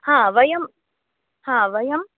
हा वयं हा वयं